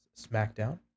Smackdown